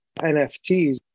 NFTs